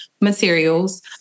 materials